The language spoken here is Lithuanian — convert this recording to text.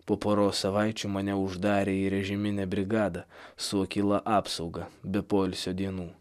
po poros savaičių mane uždarė į režiminę brigadą su akyla apsauga be poilsio dienų